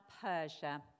Persia